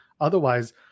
otherwise